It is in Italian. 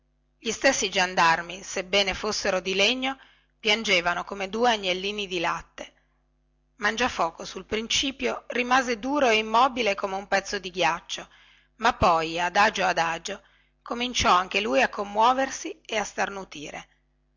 gli stessi giandarmi sebbene fossero di legno piangevano come due agnellini di latte mangiafoco sul principio rimase duro e immobile come un pezzo di ghiaccio ma poi adagio adagio cominciò anche lui a commuoversi e a starnutire